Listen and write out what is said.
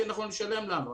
וכך הכי נכון לשלם לנו.